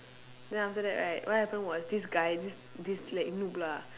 then after that right what happened was this guy this this like noob lah